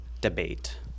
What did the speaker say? Debate